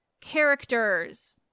characters